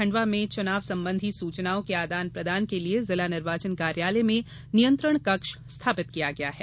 खंडवा में चुनाव संबंधी सूचनाओं के आदान प्रदान के लिए जिला निर्वाचन कार्यालय में नियंत्रण कक्ष स्थापित किया गया है